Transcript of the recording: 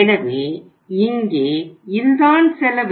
எனவே இங்கே இதுதான் செலவு